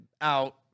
out